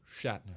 Shatner